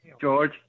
George